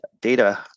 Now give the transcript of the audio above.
data